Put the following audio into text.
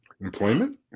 Employment